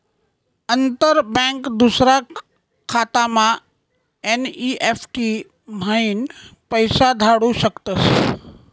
अंतर बँक दूसरा खातामा एन.ई.एफ.टी म्हाईन पैसा धाडू शकस